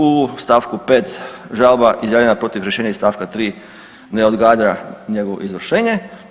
U stavku 5. žalba izjavljena protiv rješenja iz stavka 3. ne odgađa njegovo izvršenje.